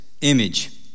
image